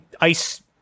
ice